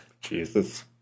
Jesus